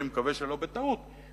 אני מקווה שלא בטעות,